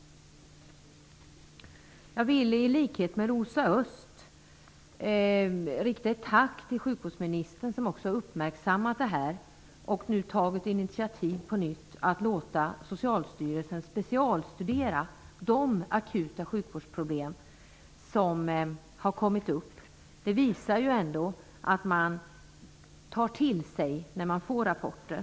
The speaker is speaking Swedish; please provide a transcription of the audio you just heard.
Jag vill i likhet med Rosa Östh rikta ett tack till sjukvårdsministern som har uppmärksammat dessa frågor och nu på nytt har tagit initiativ till att låta Socialstyrelsen specialstudera de akuta sjukvårdsproblem som har kommit fram. Det visar ändå att man tar till sig av rapporternas innehåll.